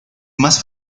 más